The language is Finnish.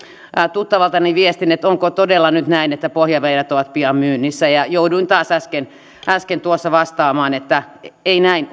tuttavaltani viestin että onko todella nyt näin että pohjavedet ovat pian myynnissä ja jouduin taas äsken äsken tuossa vastaamaan että ei näin